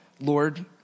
Lord